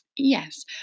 Yes